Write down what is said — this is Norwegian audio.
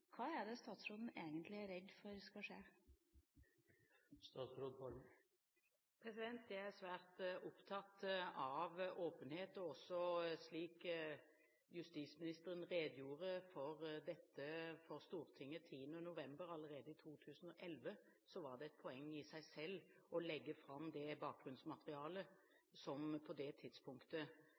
Hva er det statsråden egentlig er redd for skal skje? Jeg er svært opptatt av åpenhet. Slik også daværende justisminister redegjorde for dette for Stortinget allerede 10. november i 2011, var det et poeng i seg selv å legge fram det bakgrunnsmaterialet som på det tidspunktet